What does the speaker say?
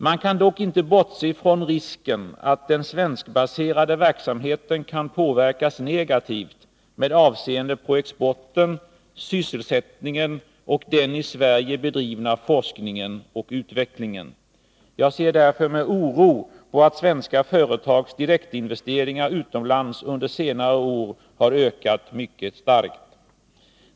Man kan dock inte bortse från risken att den svenskbaserade verksamheten kan påverkas negativt med avseende på exporten, sysselsättningen och den i Sverige bedrivna forskningen och utvecklingen. Jag ser därför med oro på att svenska företags direktinvesteringar utomlands under senare år har ökat mycket starkt.